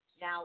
Now